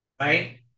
right